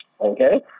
okay